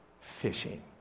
fishing